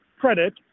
credit